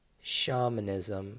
shamanism